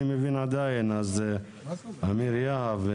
אז אמיר יהב,